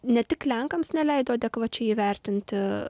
ne tik lenkams neleido adekvačiai įvertinti